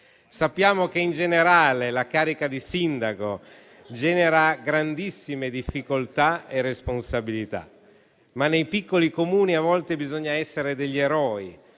Sappiamo che in generale la carica di sindaco origina grandissime difficoltà e responsabilità, ma nei piccoli Comuni a volte bisogna essere eroi